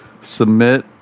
Submit